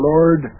Lord